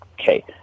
Okay